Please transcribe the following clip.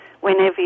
whenever